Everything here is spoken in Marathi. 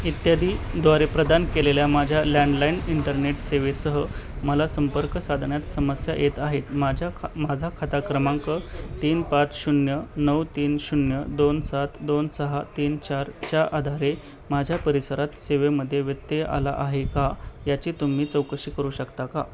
इत्यादीद्वारे प्रदान केलेल्या माझ्या लँडलाईन इंटरनेट सेवेसह मला संपर्क साधण्यात समस्या येत आहेत माझ्या ख माझा खाता क्रमांक तीन पाच शून्य नऊ तीन शून्य दोन सात दोन सहा तीन चारच्या आधारे माझ्या परिसरात सेवेमध्ये व्यत्यय आला आहे का याची तुम्ही चौकशी करू शकता का